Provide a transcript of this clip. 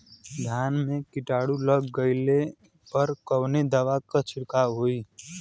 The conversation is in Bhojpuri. धान में कीटाणु लग गईले पर कवने दवा क छिड़काव होई?